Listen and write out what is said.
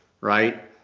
right